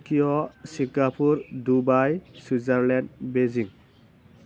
Tokyo Singapore Dubai Switzerland Beijing